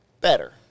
Better